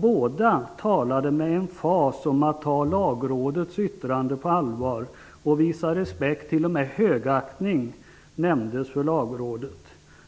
Båda talade med emfas om att ta Lagrådets yttrande på allvar och visa respekt och t.o.m. högaktning för Lagrådet.